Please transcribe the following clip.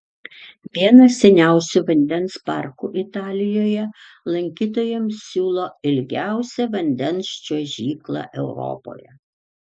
vienas seniausių vandens parkų italijoje lankytojams siūlo ilgiausią vandens čiuožyklą europoje